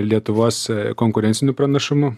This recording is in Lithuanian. lietuvos konkurenciniu pranašumu